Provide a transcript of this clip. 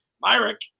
Myrick